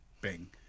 bing